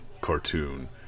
cartoon